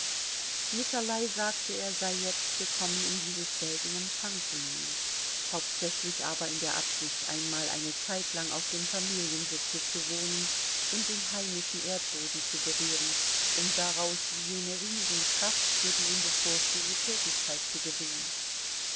nikolai sagte er sei jetzt gekommen um dieses geld in empfang zu nehmen hauptsächlich aber in der absicht einmal eine zeitlang auf dem familiensitze zu wohnen und den heimischen erdboden zu berühren um daraus wie jene riesen kraft für die ihm bevorstehende tätigkeit zu gewinnen